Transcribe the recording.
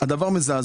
זה דבר מזעזע.